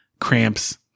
cramps